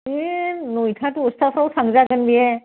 बे नयथा दसथाफ्राव थांजागोन बे